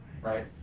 right